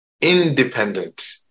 independent